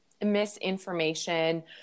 misinformation